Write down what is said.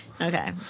Okay